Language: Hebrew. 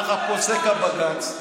ככה פוסק הבג"ץ,